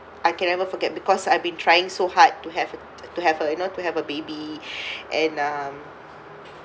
I can never forget because I've been trying so hard to have to have a you know to have a baby and um